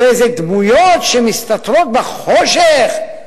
זה איזה דמויות שמסתתרות בחושך?